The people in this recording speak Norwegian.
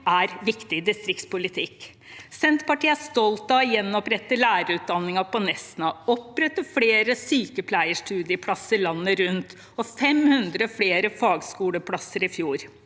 er viktig distriktspolitikk. Senterpartiet er stolt av å gjenopprette lærerutdanningen på Nesna, opprette flere sykepleierstudieplasser landet rundt og av å ha opprettet 500 flere fagskoleplasser i fjor.